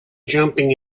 jumping